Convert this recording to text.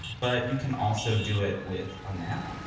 but you can also do it with a map,